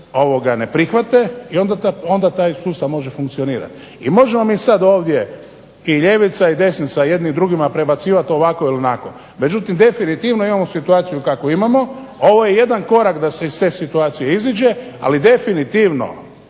ne prihvate i onda taj sustav može funkcionirati. I možemo mi sad ovdje i ljevica i desnica jedni drugima prebacivati ovako ili onako. Međutim, definitivno imamo situaciju kakvu imamo. A ovo je jedan korak da se iz te situacije iziđe. Ali definitivno